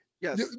Yes